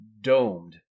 domed